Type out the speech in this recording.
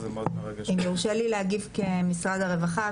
אם יורשה לי להגיב, כמשרד הרווחה.